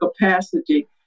capacity